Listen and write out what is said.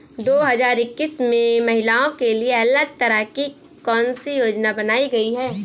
दो हजार इक्कीस में महिलाओं के लिए अलग तरह की कौन सी योजना बनाई गई है?